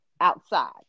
outside